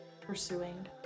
pursuing